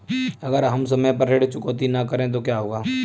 अगर हम समय पर ऋण चुकौती न करें तो क्या होगा?